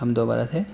ہم دوبارہ سے